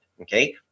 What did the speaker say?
okay